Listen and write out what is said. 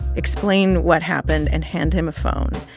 explain what happened and hand him a phone.